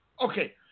okay